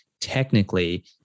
technically